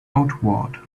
outward